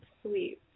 sweet